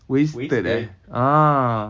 wasted eh ah